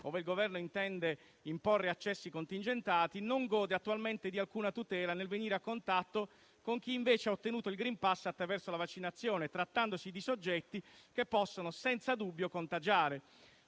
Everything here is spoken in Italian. ove il Governo intende imporre accessi contingentati, non gode attualmente di alcuna tutela nel venire a contatto con chi ha invece ottenuto il *green pass* attraverso la vaccinazione, trattandosi di soggetti che possono senza dubbio contagiare.